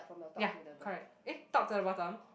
ya correct eh top to the bottom